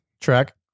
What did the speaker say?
track